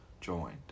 joined